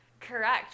Correct